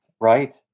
Right